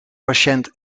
patiënt